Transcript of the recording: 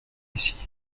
ici